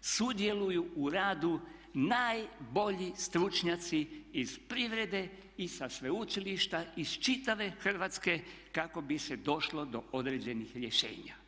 sudjeluju u radu najbolji stručnjaci iz privrede i sa sveučilišta iz čitave Hrvatske kako bi se došlo do određenih rješenja.